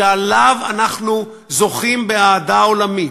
שעליו אנחנו זוכים באהדה עולמית,